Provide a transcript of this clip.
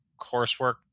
coursework